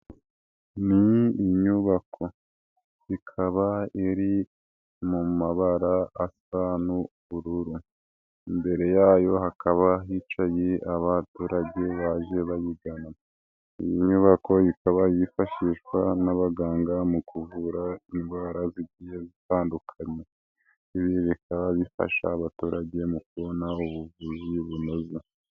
Ni inyubako, ikaba iri mu mabara asa n'ubururu, imbere yayo hakaba hicaye abaturage baje bayigana, iyi nyubako ikaba yifashishwa n'abaganga mu kuvura indwara zigiye gutandukana, ibi bikaba bifasha abaturage mu kubona ubuvuzi bunoze.